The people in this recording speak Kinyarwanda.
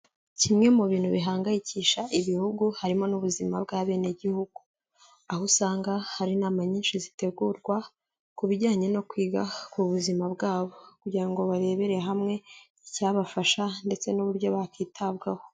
Kimwe mu bintu bihangayikisha ibihugu harimo n'ubuzima bw'abenegihugu, aho usanga hari inama nyinshi zitegurwa ku bijyanye no kwiga ku buzima bwabo, kugira ngo barebere hamwe icyabafasha ndetse n'uburyo bakitabwaho.